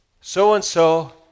so-and-so